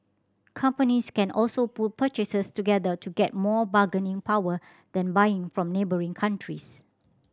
companies can also pool purchases together to get more bargaining power then buying from neighbouring countries